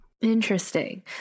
interesting